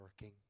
working